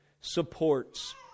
supports